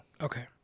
Okay